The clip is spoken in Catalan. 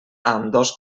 ambdós